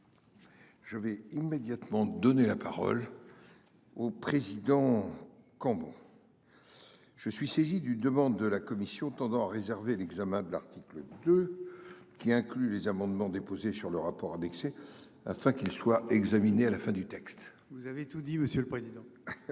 Je vais immédiatement donner la parole. Au président Combo. Je suis saisi d'une demande de la commission tendant réserver l'examen de l'article 2, qui inclut les amendements déposés sur le rapport annexé afin qu'il soit examiné à la fin du texte, vous avez tout dit, monsieur le président.